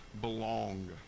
belong